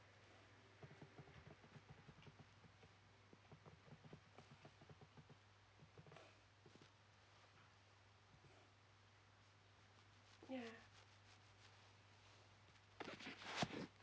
yeah